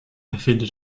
erfinde